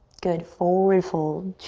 good, forward fold.